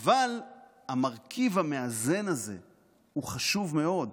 אבל המרכיב המאזן הזה הוא חשוב מאוד,